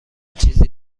چیزی